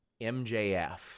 MJF